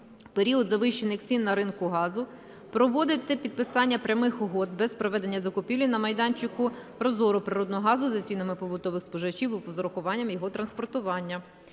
період завищених цін на ринку газу, проводити підписання прямих угод, без проведення закупівлі на майданчику ProZorro, природного газу за цінами побутових споживачів з урахуванням його транспортування.